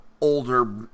older